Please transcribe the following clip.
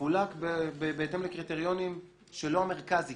יחולק בהתאם לקריטריונים שלא המרכז יקבע,